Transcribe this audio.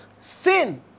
Sin